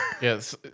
Yes